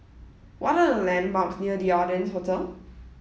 what are the landmarks near The Ardennes Hotel